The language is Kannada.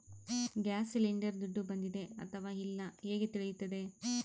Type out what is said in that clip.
ಗ್ಯಾಸ್ ಸಿಲಿಂಡರ್ ದುಡ್ಡು ಬಂದಿದೆ ಅಥವಾ ಇಲ್ಲ ಹೇಗೆ ತಿಳಿಯುತ್ತದೆ?